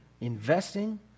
investing